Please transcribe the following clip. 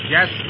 Yes